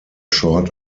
short